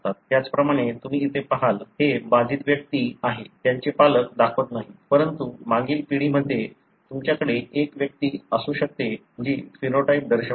त्याचप्रमाणे तुम्ही इथे पहाल हे बाधित व्यक्ती आहे त्यांचे पालक दाखवत नाहीत परंतु मागील पिढीमध्ये तुमच्याकडे एक व्यक्ती असू शकते जी फेनोटाइप दर्शवत आहे